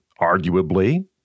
arguably